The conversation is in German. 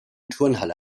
turnhalle